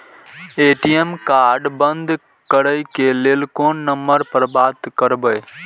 ATM card बंद करे के लेल कोन नंबर पर बात करबे?